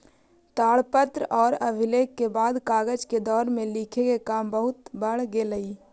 ताड़पत्र औउर अभिलेख के बाद कागज के दौर में लिखे के काम बहुत बढ़ गेलई